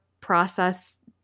process